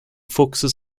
focuses